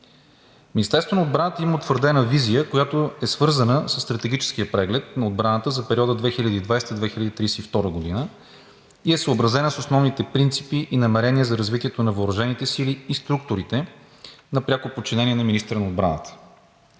Министерството на отбраната има утвърдена визия, която е свързана със стратегическия преглед на отбраната за периода 2020 – 2032 г. и е съобразена с основните принципи и намерения за развитието на въоръжените сили и структурите на пряко подчинение на министъра на отбраната.